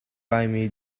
laimi